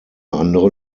andere